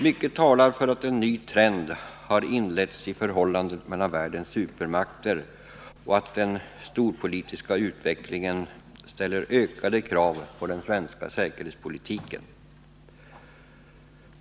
Mycket talar för att en ny trend har inletts i fråga om förhållandet mellan världens supermakter och att den storpolitiska utvecklingen ställer ökade krav på den svenska säkerhetspolitiken.